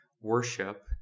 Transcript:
Worship